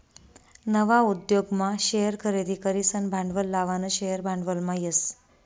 नवा उद्योगमा शेअर खरेदी करीसन भांडवल लावानं शेअर भांडवलमा येस